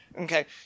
Okay